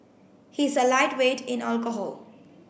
he is a lightweight in alcohol